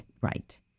right